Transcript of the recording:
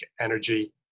Energy